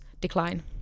decline